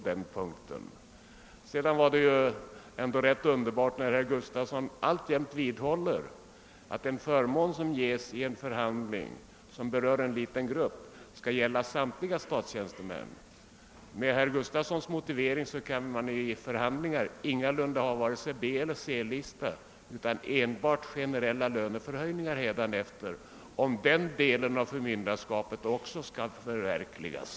Det var ändå rätt underbart att herr Gustavsson i Alvesta fortfarande vidhåller att en förmån som ges vid en förhandling som berör en liten grupp skall gälla samtliga statstjänstemän. Med herr Gustavssons motivering kan man hädanefter vid förhandlingar ingalunda ha vare sig B eller C-lista utan enbart generella löneförhöjningar, om den delen av förmynderskapet också skall förverkligas.